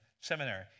seminary